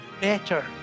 better